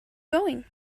going